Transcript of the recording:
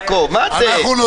יעקב, אנחנו רצינו הצעות לסדר.